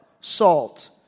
salt